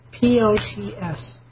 P-O-T-S